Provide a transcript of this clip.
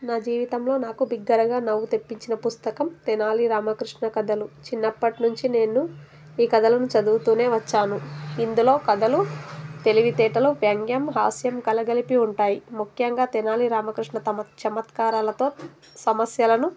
నా జీవితంలో నాకు బిగ్గరగా నవ్వు తెప్పించిన పుస్తకం తెనాలి రామకృష్ణ కథలు చిన్నప్పటినుంచి నేను ఈ కథలను చదువుతూనే వచ్చాను ఇందులో కథలు తెలివితేేటలు వ్యంగ్యం హాస్యం కలగలిపి ఉంటాయి ముఖ్యంగా తెనాలి రామకృష్ణ తమ చమత్కారాలతో సమస్యలను